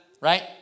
Right